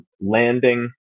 landing